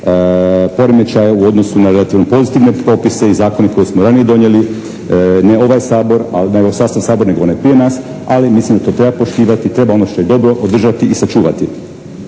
poremećaja u odnosu na relativno pozitivne propise i zakone koje smo ranije donijeli, ne ovaj sastav Sabora nego onaj prije nas, ali mislim da to treba poštivati, treba ono što je dobro održati i sačuvati.